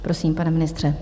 Prosím, pane ministře.